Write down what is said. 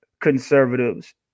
conservatives